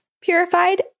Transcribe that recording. purified